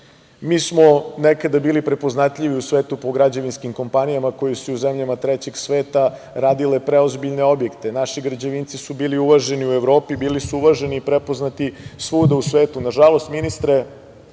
smo nekada bili prepoznatljivi u svetu po građevinskim kompanijama koje su i u zemljama trećeg sveta radile preozbiljne objekte. Naši građevinci su bili uvaženi u Evropi, bili su uvaženi i prepoznati svuda u svetu. Na žalost, ministre